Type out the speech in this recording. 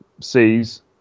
sees